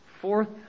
Fourth